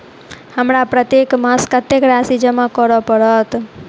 हमरा प्रत्येक मास कत्तेक राशि जमा करऽ पड़त?